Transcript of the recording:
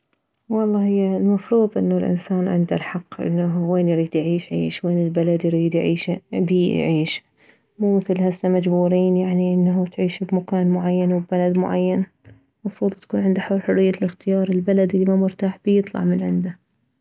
والله هي المفروض انه الانسان عنده الحق انه وين يريد يعيش يعيش وين البلد يريد يعيشه بيه يعيش مو مثل هسه مجبورين يعني انه تعيش بمكان معين وببلد معين مفروض كون عنده حرية اختيار البلد الممرتاح بيه يطلع من عنده